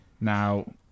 Now